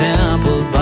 Temple